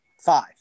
five